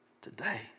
today